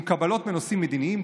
עם קבלות בנושאים מדיניים,